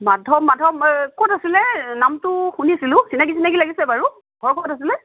মাধৱ মাধৱ মই ক'ত আছিলে নামটো শুনিছিলোঁ চিনাকি চিনাকি লাগিছে বাৰু ঘৰ ক'ত আছিলে